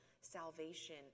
salvation